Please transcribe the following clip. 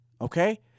okay